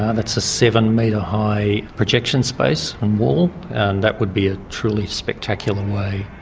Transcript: that's a seven-metre high projection space and wall, and that would be a truly spectacular way